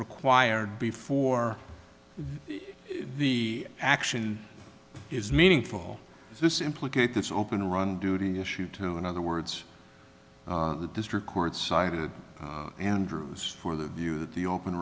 required before the action is meaningful this implicate this open run duty issue to in other words the district court cited andrews for the view that the open